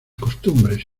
costumbres